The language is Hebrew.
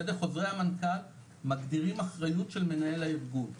חוזרי מנכ"ל, מגדירים אחריות של מנהל הארגון.